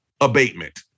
abatement